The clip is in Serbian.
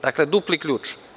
Dakle, dupli ključ.